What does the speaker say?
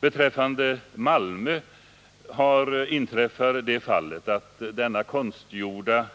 I Malmö har det fallet inträffat att den konstgjorda